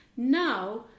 Now